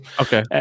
Okay